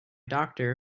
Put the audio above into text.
doctor